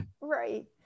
Right